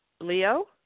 Leo